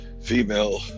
female